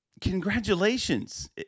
Congratulations